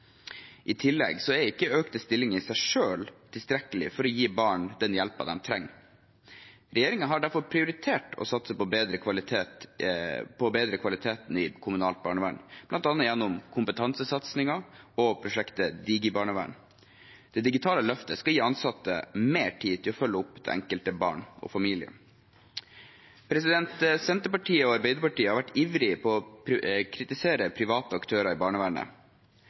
I tillegg er ikke flere stillinger i seg selv tilstrekkelig for å gi barn den hjelpen de trenger. Regjeringen har derfor prioritert å satse på å bedre kvaliteten i kommunalt barnevern, bl.a. gjennom kompetansesatsingen og prosjektet DigiBarnevern. Det digitale løftet skal gi ansatte mer tid til å følge opp det enkelte barn og familien. Senterpartiet og Arbeiderpartiet har vært ivrige etter å kritisere private aktører i barnevernet.